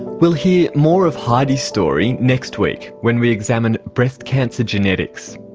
we'll hear more of heidi's story next week when we examine breast cancer genetics.